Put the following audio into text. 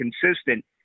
consistent